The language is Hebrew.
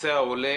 נוסע עולה,